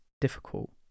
difficult